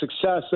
success